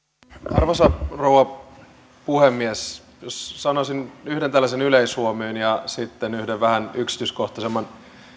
arvoisa rouva puhemies jos sanoisin yhden tällaisen yleishuomion ja sitten yhden vähän yksityiskohtaisemman